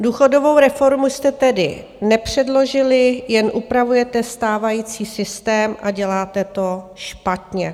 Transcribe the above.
Důchodovou reformu jste tedy nepředložili, jen upravujete stávající systém, a děláte to špatně.